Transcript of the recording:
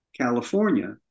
California